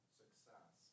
success